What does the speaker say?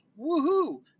Woohoo